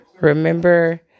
remember